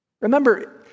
Remember